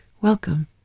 Welcome